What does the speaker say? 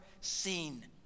seen